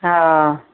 हा